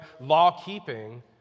law-keeping